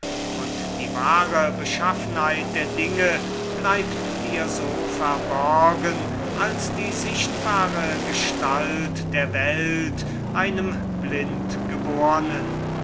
und die wahre beschaffenheit der dinge bleibt dir so verborgen als die sichtbare gestalt der welt einem